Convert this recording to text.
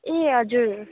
ए हजुर